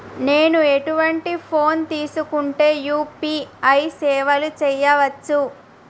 నేను ఎటువంటి ఫోన్ తీసుకుంటే యూ.పీ.ఐ సేవలు చేయవచ్చు?